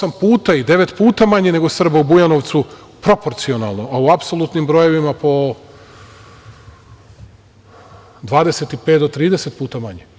Osam puta i devet puta manje nego Srba u Bujanovcu, proporcionalno, a u apsolutnim brojevima po 25 do 30 puta manje.